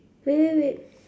wait wait wait